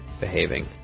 behaving